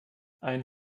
ein